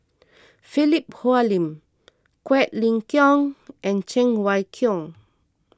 Philip Hoalim Quek Ling Kiong and Cheng Wai Keung